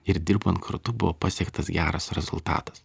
ir dirbant kartu buvo pasiektas geras rezultatas